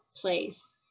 place